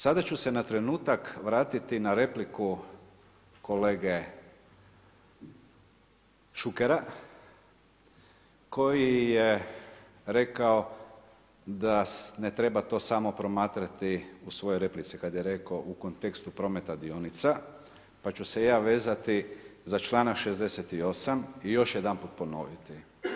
Sada ću se na trenutak vratiti na repliku kolege Šukera koji je rekao da ne treba to samo promatrati u svojoj replici kad je rekao u kontekstu prometa dionica, pa ću se ja vezati za članak 68. i još jedanput ponoviti.